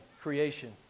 creation